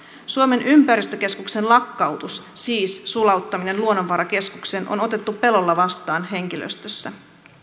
suomen ympäristökeskuksen lakkautus siis sulauttaminen luonnonvarakeskukseen on otettu pelolla vastaan henkilöstössä